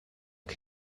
che